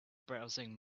browsing